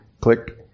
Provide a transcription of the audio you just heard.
click